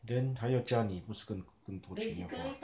then 他要加你不是要更多钱要花